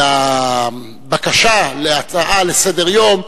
לבקשה להצעה לסדר-היום?